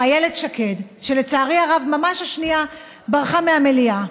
איילת שקד, שלצערי הרב ממש השנייה ברחה מהמליאה,